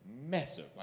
massive